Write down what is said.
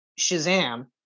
Shazam